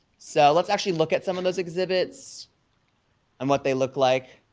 so let's actually look at some of those exhibits and what they look like.